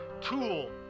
tool